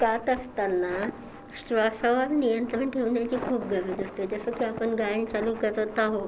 गात असताना श्वासावर नियंत्रण ठेवण्याची खूप गरज असते जसं की आपण गायन चालू करत आहो